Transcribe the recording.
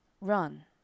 Run